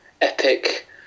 epic